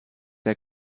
der